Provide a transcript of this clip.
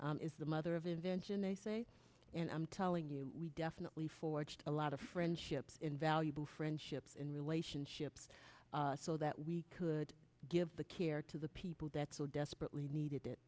is the mother of invention and i'm telling you we definitely forged a lot of friendships invaluable friendships and relationships so that we could give the care to the people that so desperately needed it